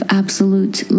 absolute